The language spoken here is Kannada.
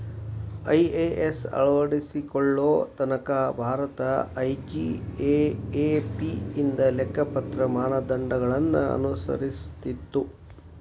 ಐ.ಎ.ಎಸ್ ಅಳವಡಿಸಿಕೊಳ್ಳೊ ತನಕಾ ಭಾರತ ಐ.ಜಿ.ಎ.ಎ.ಪಿ ಇಂದ ಲೆಕ್ಕಪತ್ರ ಮಾನದಂಡಗಳನ್ನ ಅನುಸರಿಸ್ತಿತ್ತು